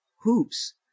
hoops